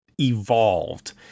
evolved